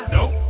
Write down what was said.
Nope